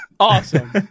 Awesome